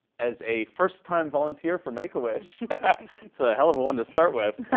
as a first time volunteer for make-a-wish that's a hell of a one to start with